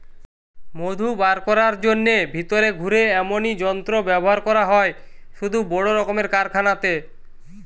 মধু বার কোরার জন্যে ভিতরে ঘুরে এমনি যন্ত্র ব্যাভার করা হয় শুধু বড় রক্মের কারখানাতে